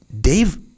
Dave